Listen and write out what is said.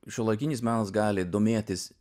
šiuolaikinis menas gali domėtis